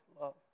love